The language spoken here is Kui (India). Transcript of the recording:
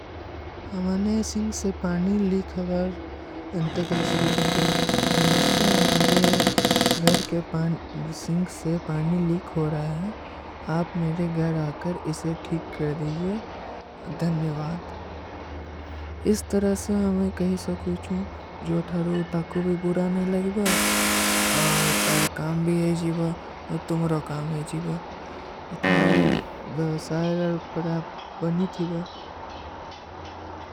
ଅମାନେ ସିଂଖ ସେ ପାଣୀ ଲୀକ ହାବାର। ଅଂତେ କହୀ ସକୁଛୂ। ନମସ୍ତେ, ଅମାରେ ଘର କେ ସିଂଖ ସେ ପାଣୀ ଲୀକ ହୋ ରହା ହୈ। ଆପ ମେରେ ଘର ଆକର ଇସେ ଠୀକ କରଦେଜୀଏ। ଧନ୍ଯଵାଦ। ଇସ ତରହ ସେ ମେଂ କହୀ ସକୁଛୂ। ଜୋ ଥାରୂ ତାକୋ ଭୀ ବୁଢା ନହୀଂ ଲଗୀ ବା। ଔର ତର କାମ ଭୀ ହୈ ଜୀଵା ଔର ତୁମ୍ହରୋଂ କାମ ହୈ ଜୀଵା ଥାରୋଂ ଵିଵସାଯର ପଡା ବନୀ ଥୀଵା।